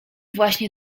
właśnie